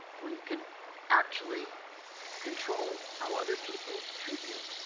well, you can actually control how other people treat you.